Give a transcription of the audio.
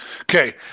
Okay